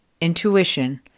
intuition